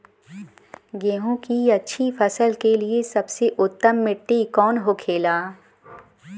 गेहूँ की अच्छी फसल के लिए सबसे उत्तम मिट्टी कौन होखे ला?